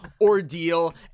ordeal